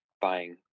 buying